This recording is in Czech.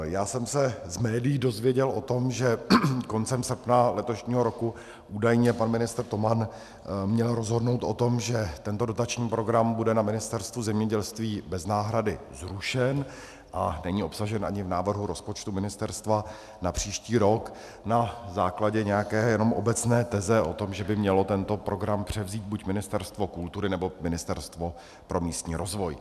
Já jsem se z médií dozvěděl o tom, že koncem srpna letošního roku údajně pan ministr Toman měl rozhodnout o tom, že tento dotační program bude na Ministerstvu zemědělství bez náhrady zrušen, a není obsažen ani v návrhu rozpočtu ministerstva na příští rok na základě nějaké jenom obecné teze o tom, že by mělo tento program převzít buď Ministerstvo kultury, nebo Ministerstvo pro místní rozvoj.